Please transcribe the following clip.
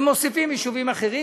ומוסיפים יישובים אחרים,